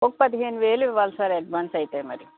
ఒక పదిహేను వేలు ఇవ్వాలి సార్ అడ్వాన్స్ అయితే మరి